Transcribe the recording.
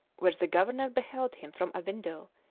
where the governor beheld him from a window,